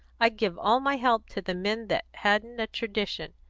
i'd give all my help to the men that hadn't a tradition.